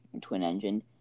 twin-engine